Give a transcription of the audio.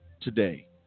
today